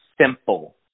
simple